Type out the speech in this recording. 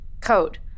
Code